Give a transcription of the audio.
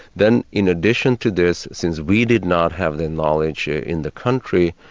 then in addition to this, since we did not have the knowledge in the country,